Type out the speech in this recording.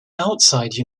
outside